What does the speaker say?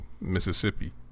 Mississippi